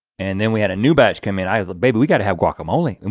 and then we had a new batch come in, i have a baby we got to have guacamole. and